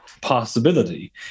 possibility